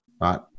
right